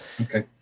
Okay